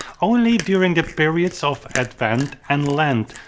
only during the periods of advent and lent,